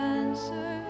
answer